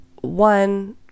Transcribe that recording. one